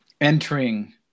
entering